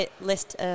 list